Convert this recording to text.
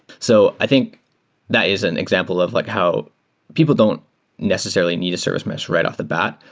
so i think that is an example of like how people don't necessarily need a service mesh right off the bat,